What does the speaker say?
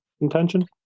Intention